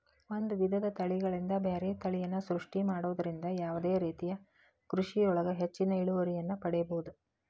ಒಂದ್ ವಿಧದ ತಳಿಗಳಿಂದ ಬ್ಯಾರೆ ತಳಿಯನ್ನ ಸೃಷ್ಟಿ ಮಾಡೋದ್ರಿಂದ ಯಾವದೇ ರೇತಿಯ ಕೃಷಿಯೊಳಗ ಹೆಚ್ಚಿನ ಇಳುವರಿಯನ್ನ ಪಡೇಬೋದು